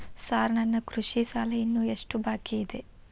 Sir ನನ್ನ ಕೃಷಿ ಸಾಲ ಇನ್ನು ಎಷ್ಟು ಬಾಕಿಯಿದೆ?